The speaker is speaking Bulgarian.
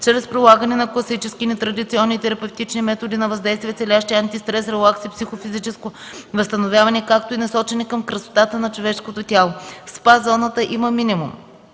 чрез прилагане на класически и нетрадиционни терапевтични методи на въздействие, целящи антистрес, релакс и психо-физическо възстановяване, както и насочени към красотата на човешкото тяло. В СПА зоната има минимум: